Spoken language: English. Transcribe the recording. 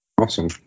awesome